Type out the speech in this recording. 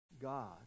God